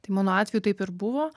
tai mano atveju taip ir buvo